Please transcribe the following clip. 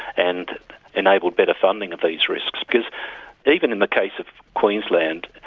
and enable better funding of these risks, because even in the case of queensland,